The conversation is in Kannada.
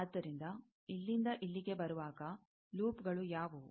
ಆದ್ದರಿಂದ ಇಲ್ಲಿಂದ ಇಲ್ಲಿಗೆ ಬರುವಾಗ ಲೂಪ್ಗಳು ಯಾವುವು